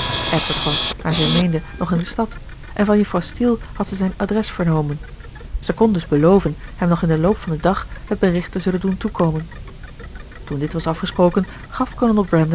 edward was naar zij meende nog in de stad en van juffrouw steele had zij zijn adres vernomen zij kon dus beloven hem nog in den loop van den dag het bericht te zullen doen toekomen toen dit was afgesproken gaf